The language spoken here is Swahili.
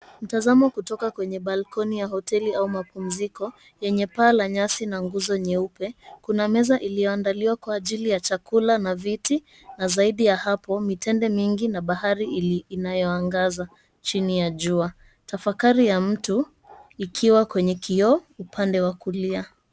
Mtazamo kutoka kwenye balkoni ya hoteli au mapumziko yenye paa la nyasi na nguzo nyeupe. Kuna meza iliyoandaliwa kwa ajili ya chakula na viti, na zaidi ya hapo mitende mingi na bahari ili inayoangaza chini ya jua. Tafakari ya mtu ikiwa kwenye kioo upande wa kulia.